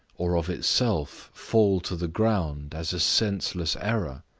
or of itself fall to the ground as a senseless error.